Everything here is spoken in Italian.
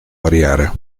variare